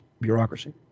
bureaucracy